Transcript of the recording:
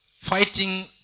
fighting